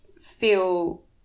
feel